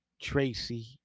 Tracy